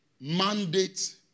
mandate